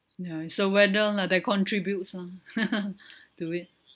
ya it's the weather lah that contributes ah to it